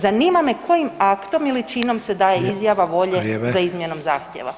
Zanima me kojim aktom ili činom se daje izjava volje za izmjenom zahtjeva.